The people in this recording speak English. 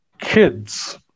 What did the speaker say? kids